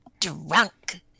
drunk